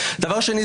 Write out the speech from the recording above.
דבר שני,